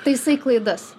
taisai klaidas